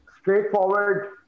straightforward